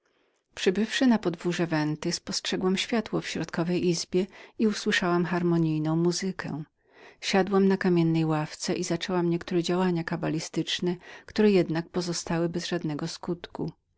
przybywszy na podwórze venty spostrzegłam światło w środkowej izbie i usłyszałam harmonijną muzykę siadłam na kamiennej ławce i zaczęłam niektóre działania kabalistyczne które jednak pozostały bez żadnego skutku